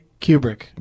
Kubrick